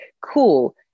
cool